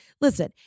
Listen